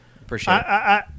Appreciate